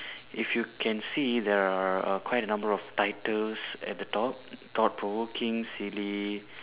if you can see there are err there are quite a number of titles at the top thought provoking silly